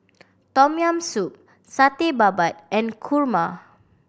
Tom Yam Soup Satay Babat and kurma